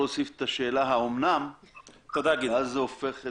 שלאורך כל הדרך לצד זה שאנחנו פועלים במישור החקיקתי,